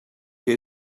que